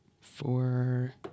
Four